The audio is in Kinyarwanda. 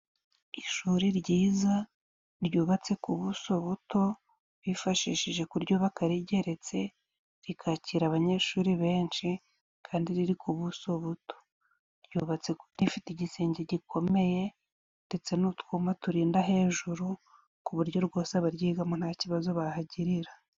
Ishuri ryiza ryubatse ku buso buto bifashishije kuryubaka rigeretse, rikakira abanyeshuri benshi kandi riri ku buso buto. Ryubatse rifite igisenge gikomeye ndetse n'utwuma turinda hejuru ku buryo rwose abaryigamo nta kibazo bahagirira.